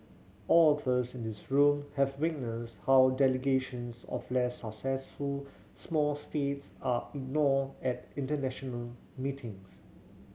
all of us in this room have witnessed how delegations of less successful small states are ignored at international meetings